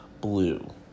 blue